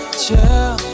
chill